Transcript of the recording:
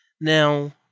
Now